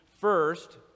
first